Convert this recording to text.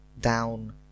down